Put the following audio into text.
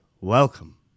welcome